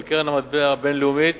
של קרן המטבע הבין-לאומית